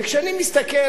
וכשאני מסתכל,